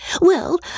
Well